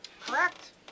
Correct